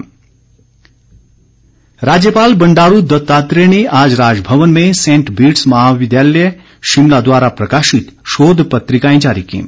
पत्रिका राज्यपाल बंडारू दत्तात्रेय ने आज राजभवन में सेंट बीडस महाविद्यालय शिमला द्वारा प्रकाशित शोध पत्रिकाएं जारी कीं